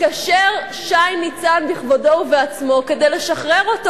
מתקשר שי ניצן בכבודו ובעצמו כדי לשחרר אותו,